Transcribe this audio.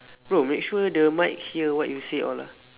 bro make sure the mic hear what you say all ah